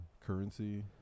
currency